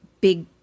big